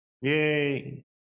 yay